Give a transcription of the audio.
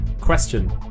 Question